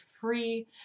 free